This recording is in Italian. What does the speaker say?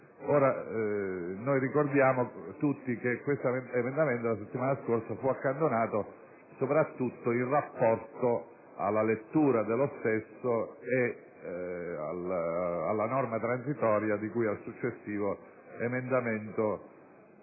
Ricordiamo tutti che questo emendamento fu accantonato la settimana scorsa soprattutto in rapporto alla lettura dello stesso e alla norma transitoria di cui al successivo emendamento